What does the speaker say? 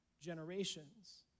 generations